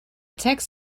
tax